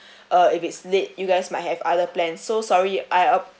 uh if it's late you guys might have other plans so sorry I ap~